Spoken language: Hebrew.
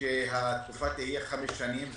שהתקופה תהיה חמש שנים,